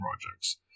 projects